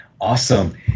awesome